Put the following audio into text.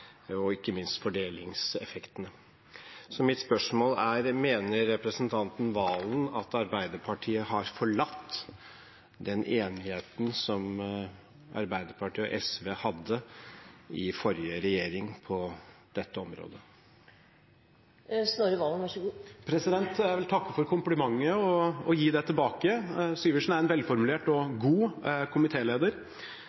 og ikke minst fordelingseffektene. Så mitt spørsmål er: Mener representanten Serigstad Valen at Arbeiderpartiet har forlatt den enigheten som Arbeiderpartiet og SV hadde i forrige regjering på dette området? Jeg vil takke for komplimenten og gi den tilbake: Syversen er en velformulert og